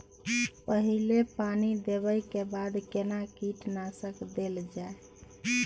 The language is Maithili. पहिले पानी देबै के बाद केना कीटनासक देल जाय?